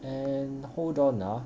and hold on ah